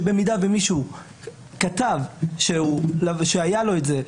שאם מישהו כתב שהיה לו את זה,